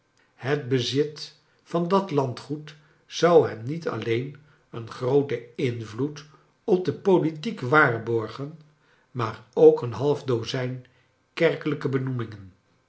het bezit van dat landgoed zou hem niet alleen een grooten invloed op de politiek waarborgen maar ook een half dozijn kerkelijke benoemingen